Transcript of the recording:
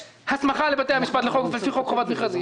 הסמיך את בתי המשפט לפי חוק חובת מכרזים